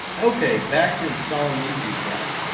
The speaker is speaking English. okay, back to installing these decals.